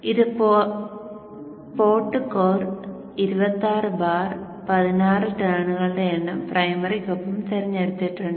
ഇത് pot core 26 bar 16 ടേണുകളുടെ എണ്ണം പ്രൈമറിക്കൊപ്പം തിരഞ്ഞെടുത്തിട്ടുണ്ട്